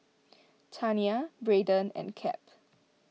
Tania Braiden and Cap